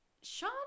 Sean